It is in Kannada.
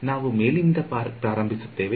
ನಾವು ಮೇಲಿನಿಂದ ಪ್ರಾರಂಭಿಸುತ್ತೇವೆ